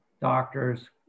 doctors